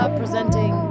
presenting